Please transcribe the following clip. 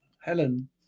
Helen